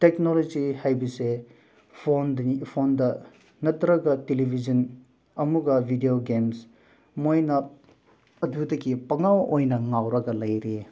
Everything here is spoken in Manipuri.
ꯇꯦꯛꯅꯣꯂꯣꯖꯤ ꯍꯥꯏꯕꯁꯦ ꯐꯣꯟꯗꯅꯤ ꯐꯣꯟꯗ ꯅꯠꯇ꯭ꯔꯒ ꯇꯦꯂꯤꯚꯤꯖꯟ ꯑꯃꯨꯛꯀ ꯚꯤꯗꯤꯑꯣ ꯒꯦꯝꯁ ꯃꯣꯏꯅ ꯑꯗꯨꯗꯒꯤ ꯄꯨꯡꯉꯥꯎ ꯑꯣꯏꯅ ꯉꯥꯎꯔꯒ ꯂꯩꯔꯦ